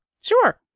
Sure